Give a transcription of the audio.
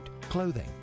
clothing